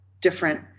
different